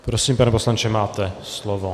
Prosím, pane poslanče, máte slovo.